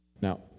now